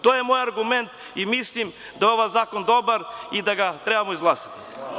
To je moj argument i mislim da je ovaj zakon dobar i da ga trebamo izglasati.